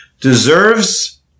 deserves